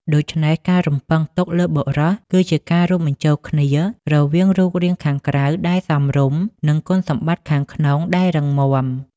ដូច្នេះ ការរំពឹងទុកលើបុរស គឺជាការរួមបញ្ចូលគ្នារវាងរូបរាងខាងក្រៅដែលសមរម្យ និងគុណសម្បត្តិខាងក្នុងដែលរឹងមាំ។